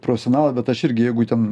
prfesionalas bet aš irgi jeigu ten